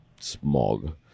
smog